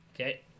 Okay